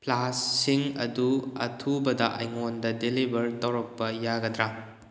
ꯐ꯭ꯂꯥꯁꯁꯤꯡ ꯑꯗꯨ ꯑꯊꯨꯕꯗ ꯑꯩꯉꯣꯟꯗ ꯗꯤꯂꯤꯚꯔ ꯇꯧꯔꯛꯄ ꯌꯥꯒꯗ꯭ꯔꯥ